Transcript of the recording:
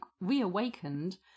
reawakened